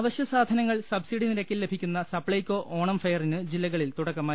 അവശ്യസാധനങ്ങൾ സബ്സിഡി നിരക്കിൽ ലഭിക്കുന്ന സപ്ലൈകോ ഓണം ഫെയറിന് ജില്ലകളിൽ തുടക്കമായി